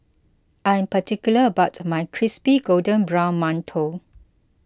I am particular about my Crispy Golden Brown Mantou